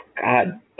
god